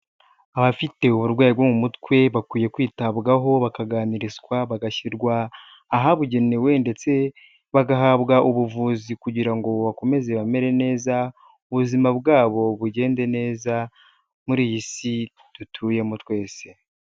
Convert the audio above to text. Abafite uburwayi bwo mu mutwe bakwiye kwitabwaho, bakaganirizwa bagashyirwa ahabugenewe ndetse bagahabwa ubuvuzi kugira ngo bakomeze bamere neza, ubuzima bwabo bugende neza, muri iyi si dutuyemo twese.